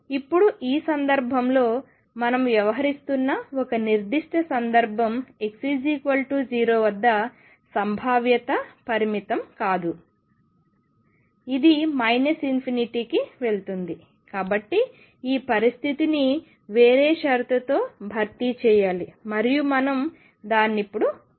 ఇప్పుడు ఈ సందర్భంలో మనం వ్యవహరిస్తున్న ఒక నిర్దిష్ట సందర్భం x0 వద్ద సంభావ్యత పరిమితం కాదు ఇది ∞కి వెళుతుంది కాబట్టి ఈ పరిస్థితిని వేరే షరతుతో భర్తీ చేయాలి మరియు మనం దానిని ఇప్పుడు చేస్తాము